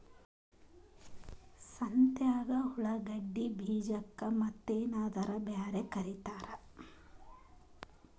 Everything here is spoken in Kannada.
ಸಂತ್ಯಾಗ ಉಳ್ಳಾಗಡ್ಡಿ ಬೀಜಕ್ಕ ಮತ್ತೇನರ ಬ್ಯಾರೆ ಕರಿತಾರ?